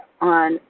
on